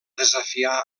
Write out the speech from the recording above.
desafiar